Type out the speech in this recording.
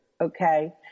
okay